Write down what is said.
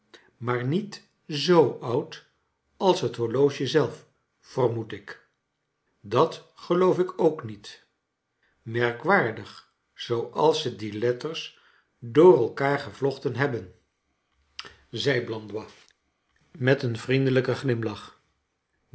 maar niet zoo oud als het horloge zelf vermoed ik dat geloof ik ook niet merkwaardig zooals ze die letters door elkaar gevlocliten hebbea zei blandois met een vriendelijken glimlach